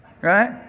Right